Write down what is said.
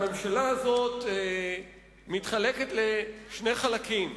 הממשלה הזאת מתחלקת לשני חלקים,